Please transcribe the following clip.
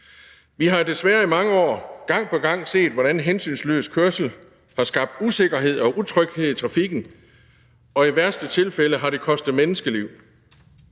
Vi har jo desværre i mange år gang på gang set, hvordan hensynsløs kørsel har skabt usikkerhed og utryghed i trafikken, og i værste tilfælde har det kostet menneskeliv.